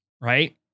Right